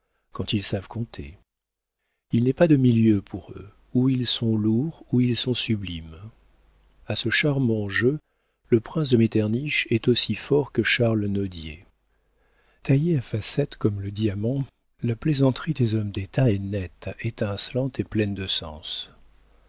quand ils savent conter il n'est pas de milieu pour eux ou ils sont lourds ou ils sont sublimes a ce charmant jeu le prince de metternich est aussi fort que charles nodier taillée à facettes comme le diamant la plaisanterie des hommes d'état est nette étincelante et pleine de sens